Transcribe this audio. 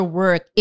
work